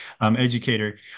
educator